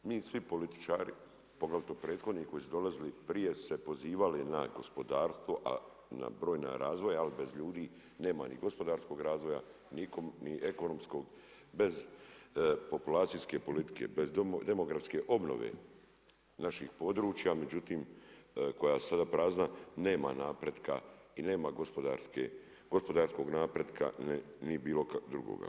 Mi svi političari poglavito prethodni koji su dolazili prije se pozivali na gospodarstvo, na brojne razvoja ali bez ljudi nema ni gospodarskog razvoja, ni ekonomskog, bez populacijske politike, bez demografske obnove naših područja koja su sada prazna, nema napretka i nema gospodarskog napretka ni bilo kakvog drugoga.